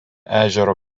ežero